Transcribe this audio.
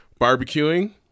barbecuing